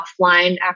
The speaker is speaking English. offline